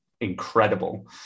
incredible